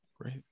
Great